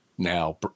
Now